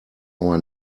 our